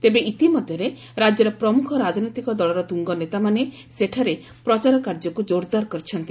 ତେବେ ଇତିମଧ୍ଧରେ ରାଜ୍ୟର ପ୍ରମୁଖ ରାକନେତିକ ଦଳର ତୁଙ୍ଗନେତାମାନେ ସେଠାରେ ପ୍ରଚାର କାର୍ଯ୍ୟକୁ ଜୋର୍ଦାର କରିଛନ୍ତି